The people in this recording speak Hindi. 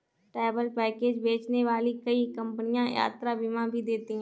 ट्रैवल पैकेज बेचने वाली कई कंपनियां यात्रा बीमा भी देती हैं